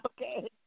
Okay